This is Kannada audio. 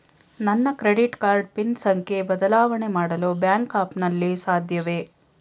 ನನ್ನ ಕ್ರೆಡಿಟ್ ಕಾರ್ಡ್ ಪಿನ್ ಸಂಖ್ಯೆ ಬದಲಾವಣೆ ಮಾಡಲು ಬ್ಯಾಂಕ್ ಆ್ಯಪ್ ನಲ್ಲಿ ಸಾಧ್ಯವೇ?